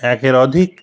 একের অধিক